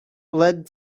led